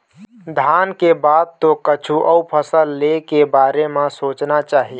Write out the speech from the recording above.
धान के बाद तो कछु अउ फसल ले के बारे म सोचना चाही